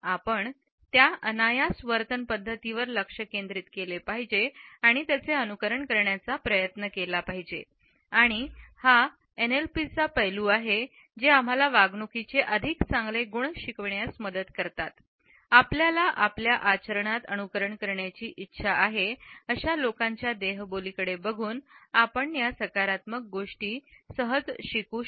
आपण त्या अनायास वर्तन पद्धतींवर लक्ष केंद्रित केले पाहिजे आणि त्यांचे अनुकरण करण्याचा प्रयत्न केला पाहिजे आणि हा एनएलपीचे पैलू आहे जे आम्हाला वागणुकीचे अधिक चांगले गुण शिकण्यास मदत करते आपल्याला आपल्या आचरणात अनुकरण करण्याची इच्छा आहे अशा लोकांच्या देहबोली कडे बघून आपण या सकारात्मक गोष्टी शिकू शकतो